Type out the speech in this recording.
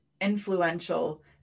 influential